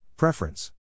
Preference